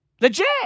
Legit